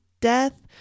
death